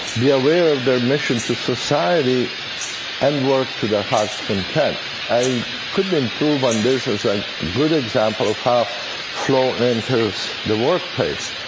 be aware of their mission to society and work to their heart's content. i couldn't improve on this as a good example of how flow enters the workplace.